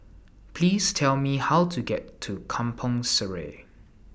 Please Tell Me How to get to Kampong Sireh